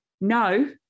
No